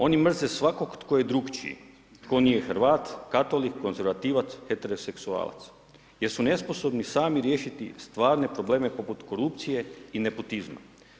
Oni mrze svakog tko je drugačiji, tko nije Hrvat, katolik, konzervativac, heteroseksualac, jer su nesposobni sami riješiti stvarne probleme poput korupcije i nepotizma.